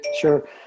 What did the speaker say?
Sure